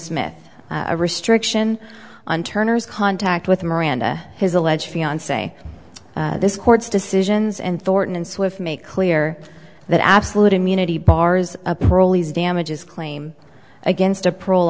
smith a restriction on turner's contact with miranda his alleged fiance this court's decisions and thorton and swift make clear that absolute immunity bars a parolee damages claim against a parole